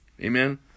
Amen